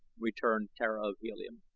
returned tara of helium.